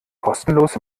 kostenlos